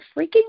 freaking